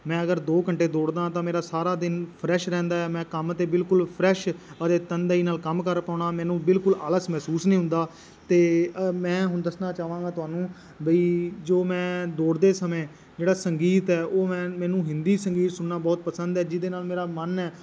ਮੈਂ ਅਗਰ ਦੋ ਘੰਟੇ ਦੌੜਦਾ ਤਾਂ ਮੇਰਾ ਸਾਰਾ ਦਿਨ ਫਰੈਸ਼ ਰਹਿੰਦਾ ਮੈਂ ਕੰਮ 'ਤੇ ਬਿਲਕੁਲ ਫਰੈਸ਼ ਆਪਦੇ ਤਨਦੇਹੀ ਨਾਲ ਕੰਮ ਕਰ ਪਾਉਂਦਾ ਮੈਨੂੰ ਬਿਲਕੁਲ ਆਲਸ ਮਹਿਸੂਸ ਨਹੀਂ ਹੁੰਦਾ ਅਤੇ ਮੈਂ ਹੁਣ ਦੱਸਣਾ ਚਾਹਾਂਗਾ ਤੁਹਾਨੂੰ ਬਈ ਜੋ ਮੈਂ ਦੌੜਦੇ ਸਮੇਂ ਜਿਹੜਾ ਸੰਗੀਤ ਹੈ ਉਹ ਮੈਂ ਮੈਨੂੰ ਹਿੰਦੀ ਸੰਗੀਤ ਸੁਣਨਾ ਬਹੁਤ ਪਸੰਦ ਹੈ ਜਿਹਦੇ ਨਾਲ ਮੇਰਾ ਮਨ ਹੈ